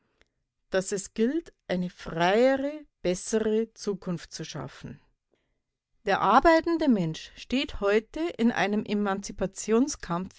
daß es gilt eine freiere bessere zukunft zu schaffen der arbeitende mensch steht heute in einem